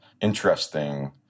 interesting